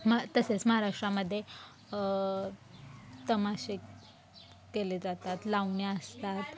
म तसेच महाराष्ट्रामध्ये तमाशे केले जातात लावण्या असतात